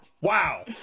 Wow